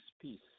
peace